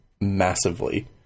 massively